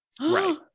Right